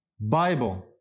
Bible